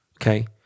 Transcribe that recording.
okay